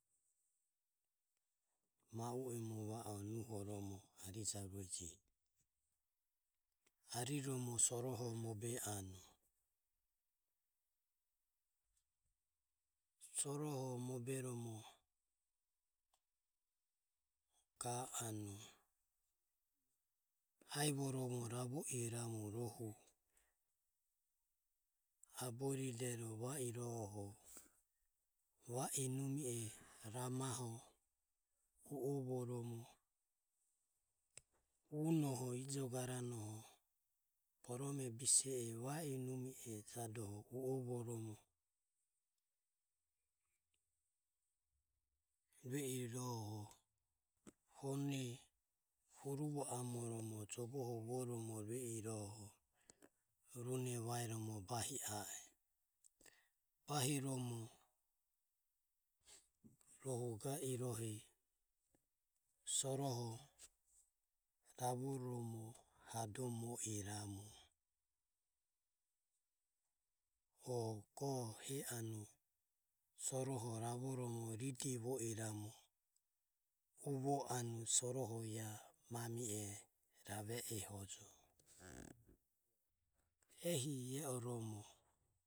Ma u emu va o nuhoromo arijaurege. Ariromo soroho mobe anue. Soroho moberomo ga anue aivoromo ravo iramu rohu aboridero va irohoho va i numi e ramaho u o voromo unoho, ijo garanoho, borome bise e va i numi e jadoho u o voromo rue iroho honoho huruvo amoromo Jovoho vuoromo rue iranoho rune vaeromo bahi a e. bahiromo rohu ga irohe soroho ravoromo hadomo iramu o go he anue soroho ravoromo ridevo iramu uvo anue soroho ie mami e rave ehojo. Ehi oromo.